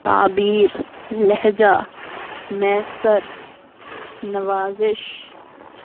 تعبیر لہجہ میسر نوازش